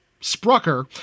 Sprucker